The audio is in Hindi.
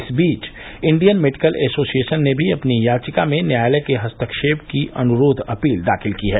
इस बीच इंडियन मेडिकल ऐसोसिएशन ने भी अपनी याचिका में न्यायालय के हस्तक्षेप की अनुरोध अपील दाखिल की है